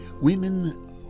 Women